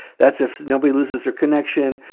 that's if nobody loses their connection.